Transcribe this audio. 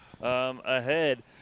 ahead